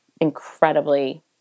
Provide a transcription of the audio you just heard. incredibly